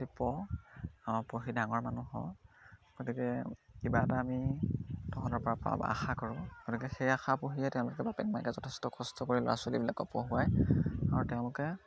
পঢ় পঢ়ি ডাঙৰ মানুহ হ গতিকে কিবা এটা আমি তহঁতৰ পৰা পা আশা কৰোঁ গতিকে সেই আশা পঢ়িয়ে তেওঁলোকে বাপেক মাকে যথেষ্ট কষ্ট কৰি ল'ৰা ছোৱালীবিলাকক পঢ়ুৱায় আৰু তেওঁলোকে